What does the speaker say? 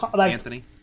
Anthony